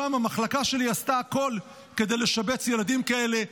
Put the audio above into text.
שם המחלקה שלי עשתה הכול כדי לשבץ ילדים כאלה,